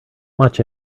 much